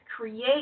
create